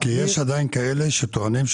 יש כאלה שטוענים,